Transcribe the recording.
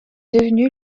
devenue